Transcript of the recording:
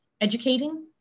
educating